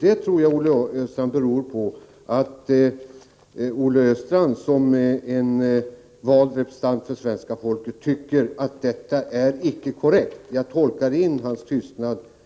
Det tror jag beror på att Olle Östrand, som är en vald representant för svenska folket, tycker att det inte är korrekt. Jag tolkar in detta